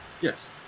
Yes